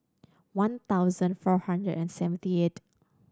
one thousand four hundred and seventy eighth